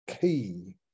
key